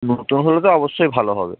নতুন হলে তো অবশ্যই ভালো হবে